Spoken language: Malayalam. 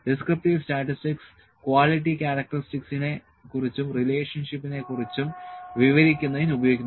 ഡിസ്ക്രിപ്റ്റീവ് സ്റ്റാറ്റിസ്റ്റിക്സ് ക്വാളിറ്റി ക്യാരക്ടറിസ്റ്റിക്സിനെ കുറിച്ചും റിലേഷന്ഷിപ്പിനെ കുറിച്ചും വിവരിക്കുന്നതിന് ഉപയോഗിക്കുന്നു